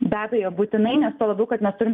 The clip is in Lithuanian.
be abejo būtinai nes tuo labiau kad mes turim